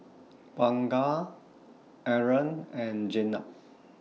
Bunga Aaron and Jenab